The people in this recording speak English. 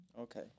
Okay